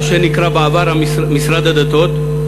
אשר נקרא בעבר משרד הדתות,